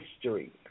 history